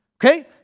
Okay